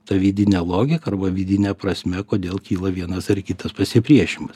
ta vidine logika arba vidine prasme kodėl kyla vienas ar kitas pasipriešinimas